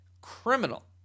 criminal